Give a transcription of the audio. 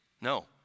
No